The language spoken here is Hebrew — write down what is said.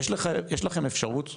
יש לכם אפשרות,